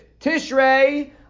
Tishrei